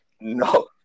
no